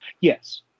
Yes